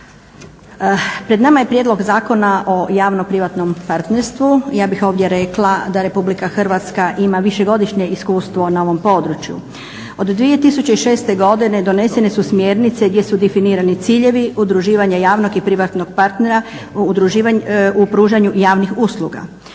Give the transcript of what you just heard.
Pred nama je Prijedlog zakona o javno-privatnom partnerstvu. Ja bih ovdje rekla da Republika Hrvatska ima višegodišnje iskustvo na ovom području. Od 2006.godine donesene su smjernice gdje su definirani ciljevi udruživanje javnog i privatnog partnera u pružanju javnih usluga.